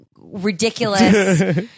ridiculous